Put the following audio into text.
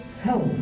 help